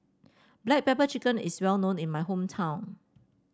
Black Pepper Chicken is well known in my hometown